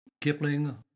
Kipling